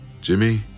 Jimmy